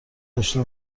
داشته